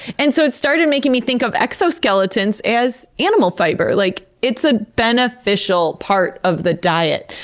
and so it started making me think of exoskeletons as animal fiber. like it's a beneficial part of the diet.